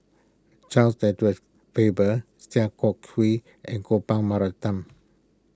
Charles Edward Faber Sia Kah Hui and Gopal Baratham